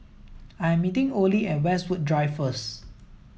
I am meeting Olie at Westwood Drive first